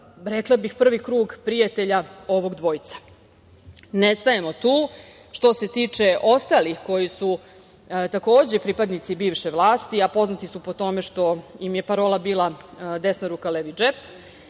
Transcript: rekla bih, prvi krug prijatelja ovog dvojca. Ne stajemo tu. Što se tiče ostalih koji su, takođe, pripadnici bivše vlasti, a poznati su po tome što im je parola bila – desna ruka, levi džep,